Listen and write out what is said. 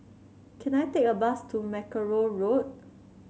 can I take a bus to Mackerrow Road